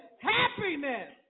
happiness